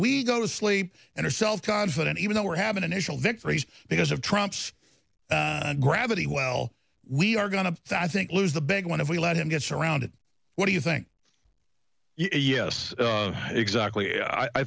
we go to sleep and are self confident even though we're having initial victories because of trump's gravity well we are going to think lose the big one if we let him get surrounded what do you think yes exactly i